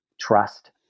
trust